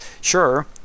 sure